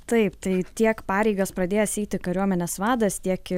taip tai tiek pareigas pradėjęs eiti kariuomenės vadas tiek